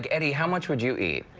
eddie, how much would you eat?